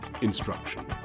instruction